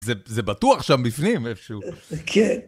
זה בטוח שם בפנים איפשהו. כן.